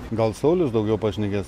gal saulius daugiau pašnekės